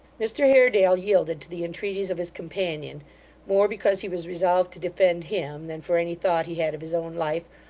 mr haredale yielded to the entreaties of his companion more because he was resolved to defend him, than for any thought he had of his own life,